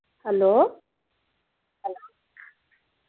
hello